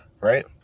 Right